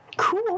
Cool